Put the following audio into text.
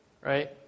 right